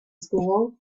school